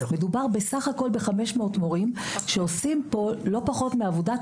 מדובר בסך הכול ב-500 מורים שעושים פה לא פחות מעבודת